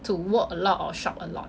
to walk a lot or shop a lot